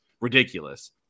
ridiculous